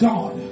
God